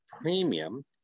premium